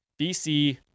bc